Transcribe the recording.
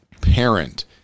parent